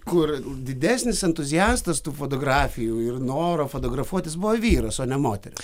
kur didesnis entuziastas tų fotografijų ir noro fotografuotis buvo vyras o ne moteris